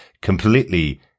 completely